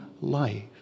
life